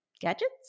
gadgets